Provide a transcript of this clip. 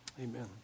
Amen